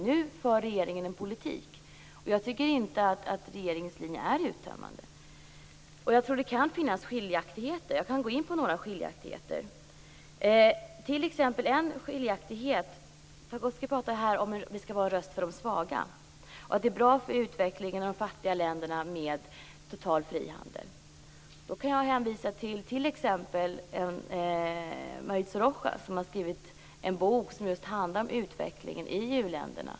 Nu för regeringen en egen politik. Jag tycker inte att regeringens linje är uttömmande. Jag tror att det kan finnas skiljaktigheter. Jag kan gå in på några sådana. Pagrotsky pratar här om att vi skall vara en röst för de svaga och att det är bra för utvecklingen i de fattiga länderna med en total frihandel. Då kan jag hänvisa till exempelvis Mauricio Rojas, som har skrivit en bok som just handlar om utvecklingen i uländerna.